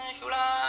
Shula